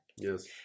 Yes